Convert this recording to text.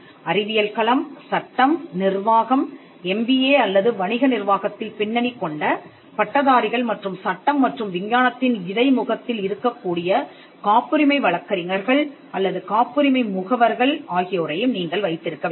அறிவியல் களம் சட்டம் நிர்வாகம் எம்பிஏ அல்லது வணிக நிர்வாகத்தில் பின்னணி கொண்ட பட்டதாரிகள் மற்றும் சட்டம் மற்றும் விஞ்ஞானத்தின் இடைமுகத்தில் இருக்கக்கூடிய காப்புரிமை வழக்கறிஞர்கள் அல்லது காப்புரிமை முகவர்கள் ஆகியோரையும் நீங்கள் வைத்திருக்க வேண்டும்